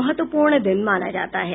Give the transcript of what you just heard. महत्वपूर्ण दिन माना जाता है